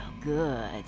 good